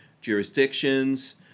jurisdictions